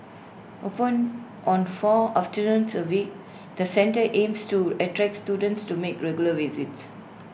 open on four afternoons A week the centre aims to attract students to make regular visits